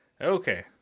Okay